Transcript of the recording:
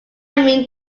mean